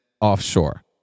offshore